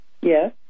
Yes